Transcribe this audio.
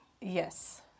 Yes